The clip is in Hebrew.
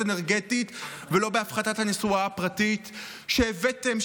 אנרגטית ולא בהפחתת הנסועה הפרטית שהבאתם?